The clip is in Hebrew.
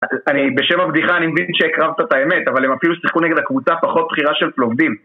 אני בשם הבדיחה אני מבין שהקרבת את האמת אבל הם אפילו שיחקו נגד הקבוצה הפחות בכירה של פלובדיב